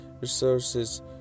resources